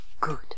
good